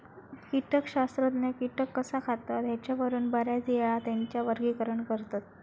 कीटकशास्त्रज्ञ कीटक कसा खातत ह्येच्यावरून बऱ्याचयेळा त्येंचा वर्गीकरण करतत